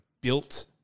built –